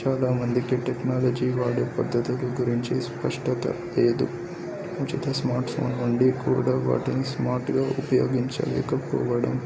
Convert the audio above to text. చాలామందికి టెక్నాలజీ వాడే పద్ధతులు గురించి స్పష్టత లేదు ఉచత స్మార్ట్ ఫోన్ ఉండి కూడా వాటిని స్మార్ట్గా ఉపయోగించలేకపోవడం